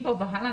מכאן והלאה,